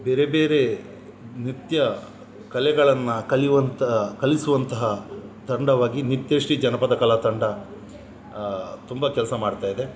ಬೇರೆ ಬೇರೆ ನೃತ್ಯ ಕಲೆಗಳನ್ನ ಕಲಿಯುವಂಥ ಕಲಿಸುವಂತಹ ತಂಡವಾಗಿ ನಿತ್ಯಶ್ರೀ ಜನಪದ ಕಲಾತಂಡ ತುಂಬ ಕೆಲಸ ಮಾಡ್ತಾಯಿದೆ